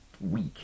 week